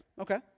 Okay